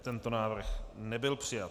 Tento návrh nebyl přijat.